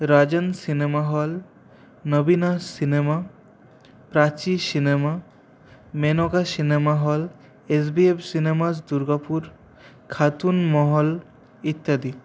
রাজন cinema hall Nabina cinema Prachi cinema Menaka cinema hall S V F cinemas Durgapur Khatun Mahal ইত্যাদি